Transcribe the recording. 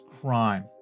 crime